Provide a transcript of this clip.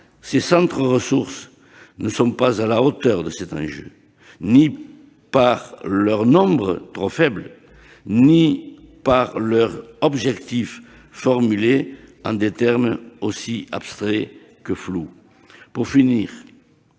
ces centres ressources ne sont à la hauteur de cet enjeu ni par leur nombre, trop faible, ni par leurs objectifs, formulés en des termes aussi abstraits que flous. Il nous